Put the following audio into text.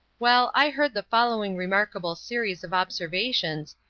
well, i heard the following remarkable series of observations,